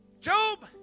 Job